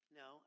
no